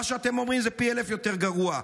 מה שאתם אומרים זה פי אלף יותר גרוע.